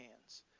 hands